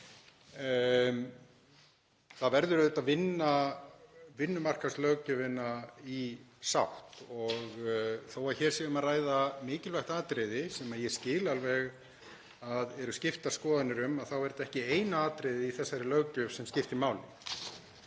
Það verður auðvitað að vinna vinnumarkaðslöggjöfina í sátt og þó að hér sé um að ræða mikilvægt atriði, sem ég skil alveg að eru skiptar skoðanir um, þá er þetta ekki eina atriðið í þessari löggjöf sem skiptir máli.